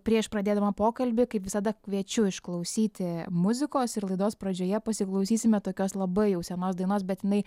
prieš pradėdama pokalbį kaip visada kviečiu išklausyti muzikos ir laidos pradžioje pasiklausysime tokios labai jau senos dainos bet jinai